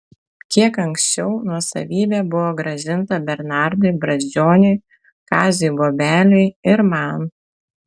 kiek anksčiau nuosavybė buvo grąžinta bernardui brazdžioniui kaziui bobeliui ir man